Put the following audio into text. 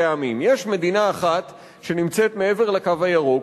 עמים: יש מדינה אחת שנמצאת מעבר ל"קו הירוק",